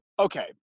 Okay